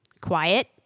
Quiet